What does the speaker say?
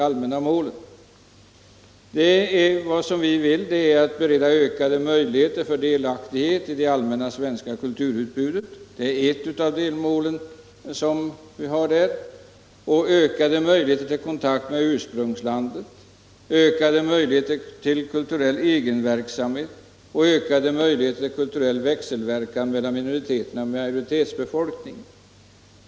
Vad vi vill är att bereda ökade möjligheter till delaktighet i det allmänna svenska kulturutbudet. Det är ett av delmålen. Vidare vill vi åstadkomma ökade möjligheter till kontakt med ursprungslandet och ökade möjligheter till kulturell egenverksamhet, ökade möjligheter till kulturell växelverkan mellan minoriteterna och majoritetsbefolkningen.